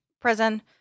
prison